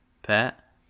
Pat